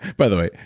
by the way,